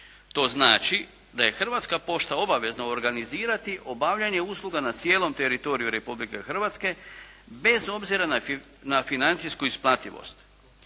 To znači da je Hrvatska pošta obavezna organizirati obavljanje usluga na cijelom teritoriju Republike Hrvatske bez obzira na financijsku isplativost.